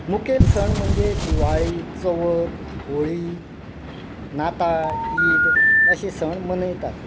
मुखेल सण म्हणजे दिवाळी चवथ होळी नाताळ ईद अशे सण मनयतात